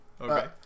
Okay